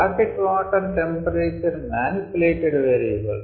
jacket water temperature manipulated variable